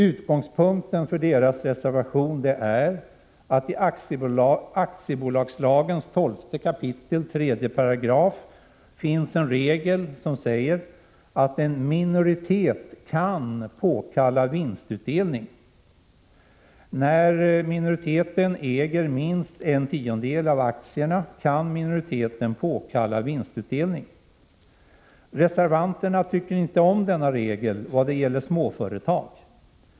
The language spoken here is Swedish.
Utgångspunkten för reservationen är att det i aktiebolagslagen 12 kap. 3 § finns en regel som säger att en minoritet som äger minst en tiondel av aktierna kan påkalla vinstutdelning. Reservanterna tycker inte om denna regel vad gäller småföretag.